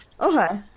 Okay